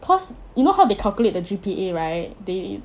cause you know how to calculate the G_P_A right they